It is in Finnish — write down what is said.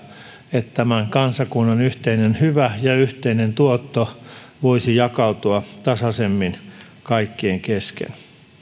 että tämän kansakunnan yhteinen hyvä ja yhteinen tuotto voisi jakautua tasaisemmin kaikkien kesken